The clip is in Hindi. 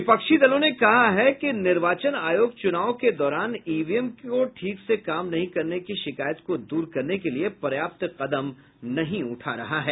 विपक्षी दलों ने कहा कि निर्वाचन आयोग चुनाव के दौरान ईवीएम के ठीक से काम नहीं करने की शिकायत को दूर करने के लिए पर्याप्त कदम नही उठा रही है